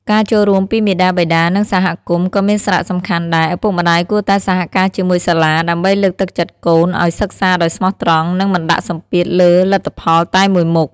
ការចូលរួមពីមាតាបិតា និងសហគមន៍ ក៏មានសារៈសំខាន់ដែរ ឪពុកម្ដាយគួរតែសហការជាមួយសាលា ដើម្បីលើកទឹកចិត្តកូនឱ្យសិក្សាដោយស្មោះត្រង់ និងមិនដាក់សម្ពាធលើលទ្ធផលតែមួយមុខ។